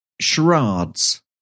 charades